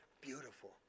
Beautiful